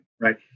Right